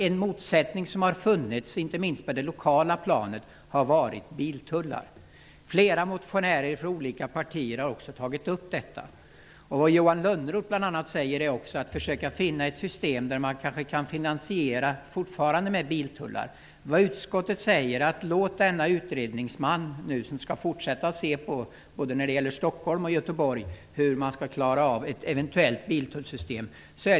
En motsättning som har funnits inte minst på det lokala planet har rört biltullarna. Flera motionärer från olika partier har också tagit upp detta. Johan Lönnroth säger bl.a. också att vi fortfarande borde försöka att finna ett system för att finansiera med biltullar. Utskottet anser att vi skall låta utredningsmannen som skall titta på hur man skall klara av ett eventuellt biltullsystem i Stockholm och Göteborg fortsätta.